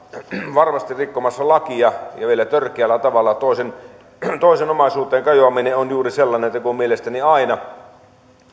varmasti rikkomassa lakia ja vielä törkeällä tavalla toisen toisen omaisuuteen kajoaminen on juuri sellainen teko mielestäni aina